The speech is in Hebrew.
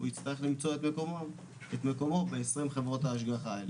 הוא הצטרך למצוא את מקומו ב-20 חברות ההשגחה הלאה.